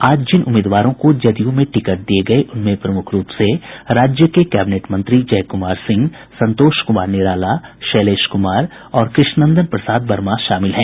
आज जिन उम्मीदवारों को जदयू में टिकट दिये गये उनमें प्रमुख रुप से राज्य के कैबिनेट मंत्री जय कुमार सिंह संतोष कुमार निराला शैलेश कुमार और कृष्ण नंदन प्रसाद वर्मा शामिल हैं